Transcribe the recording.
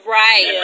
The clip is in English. right